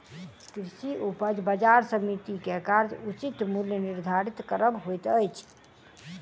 कृषि उपज बजार समिति के कार्य उचित मूल्य निर्धारित करब होइत अछि